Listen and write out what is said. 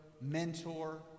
mentor